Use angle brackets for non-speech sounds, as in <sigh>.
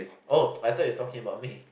oh <noise> I thought you talking about me